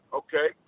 okay